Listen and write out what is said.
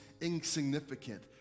insignificant